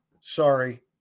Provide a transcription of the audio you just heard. Sorry